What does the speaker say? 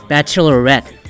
Bachelorette